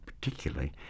particularly